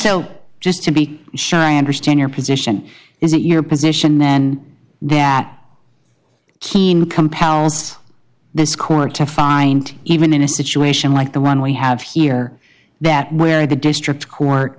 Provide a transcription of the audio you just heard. so just to be sure i understand your position is it your position then that keane compels this caller to find even in a situation like the one we have here that where the district co